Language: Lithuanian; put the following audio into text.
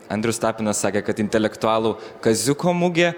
andrius tapinas sakė kad intelektualų kaziuko mugė